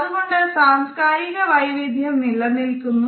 അതുകൊണ്ട് സാംസ്കാരിക വൈവിധ്യം നിലനിൽക്കുന്നു